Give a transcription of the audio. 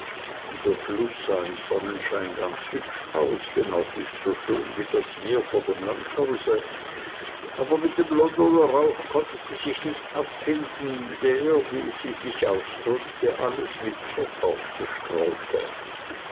der fluß sah im sonnenschein ganz hübsch aus wenn auch nicht so schön wie das meer vor dem landhause aber mit dem londoner rauch konnte sie sich nicht abfinden der wie sie sich ausdrückte alles mit pfeffer bestreue